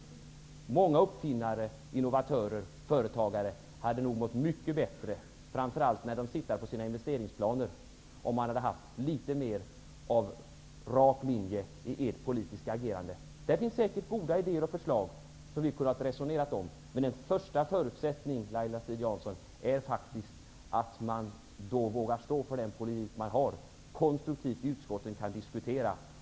Många uppfinnare, innovatörer och företagare hade nog mått mycket bättre, framför allt när det gäller investeringsplaner, om Ny demokratis politiska agerande hade följt en litet mer rak linje. Ny demokrati har säkert goda idéer och förslag som vi hade kunnat resonera om. Men en första förutsättning, Laila Strid-Jansson, är faktiskt att ett parti vågar stå för den politik som det har, så att man konstruktivt kan diskutera den i utskotten.